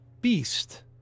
beast